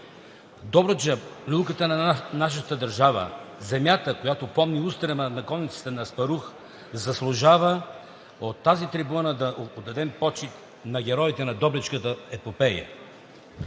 Добруджа, люлката на нашата държава, земята, която помни устрема на конницата на Аспарух, заслужава от тази трибуна да отдадем почит на героите на Добричката епопея.